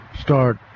start